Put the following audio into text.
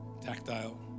tactile